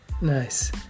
nice